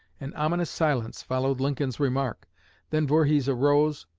an ominous silence followed lincoln's remark then voorhees arose,